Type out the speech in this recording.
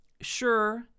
Sure